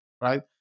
right